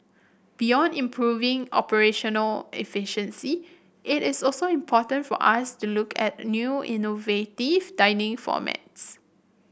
beyond improving operational efficiency it is also important for us to look at new innovative dining formats